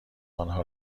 انها